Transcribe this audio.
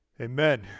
Amen